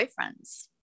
boyfriends